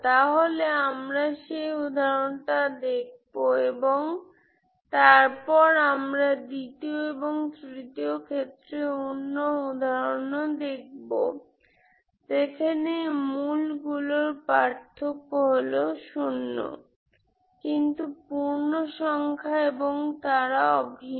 তাহলে আমরা সেই উদাহরণটা দেখব এবং তারপর আমরা দ্বিতীয় এবং তৃতীয় ক্ষেত্রে অন্য উদাহরণও দেখব যেখানে রুট গুলির মধ্যে পার্থক্য 0 হবে কিন্তু পূর্ণ সংখ্যা এবং তারা অভিন্ন